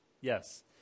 yes